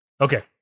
okay